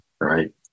right